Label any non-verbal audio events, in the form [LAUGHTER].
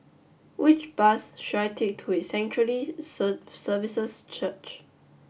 which bus should I take to His Sanctuary [UNINTELLIGIBLE] Services Church